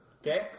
Okay